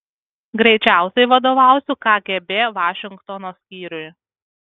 greičiausiai vadovausiu kgb vašingtono skyriui